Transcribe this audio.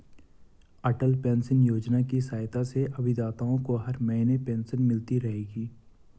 अटल pension योजना की सहायता से अभिदाताओं को हर महीने पेंशन मिलती रहेगी